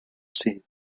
cet